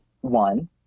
one